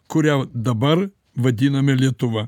kurią dabar vadiname lietuva